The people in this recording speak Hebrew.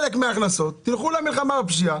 שחלק מההכנסות ילכו למלחמה בפשיעה.